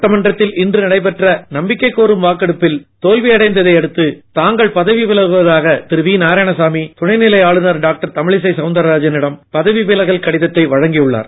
சட்டமன்றத்தில் இன்று நடைபெற்ற நம்பிக்கை கோரும் வாக்கெடுப்பில் தோல்வி அடைந்ததை அடுத்து தாங்கள் பதவி விலகுவதாக திரு வி நாராயணசாமி துணை நிலை ஆளுநர் டாக்டர் தமிழிசை சவுந்தரராஜனிடம் விலகல் கடிதத்தை கொடுக்க வைத்தது